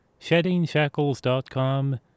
SheddingShackles.com